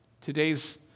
Today's